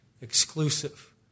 exclusive